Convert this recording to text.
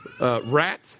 Rat